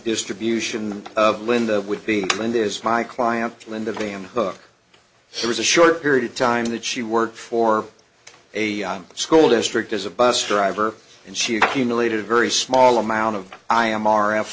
distribution of linda with the wind is my client linda van hook there was a short period of time that she worked for a school district as a bus driver and she accumulated a very small amount of i m